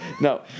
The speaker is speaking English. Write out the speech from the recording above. No